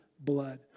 blood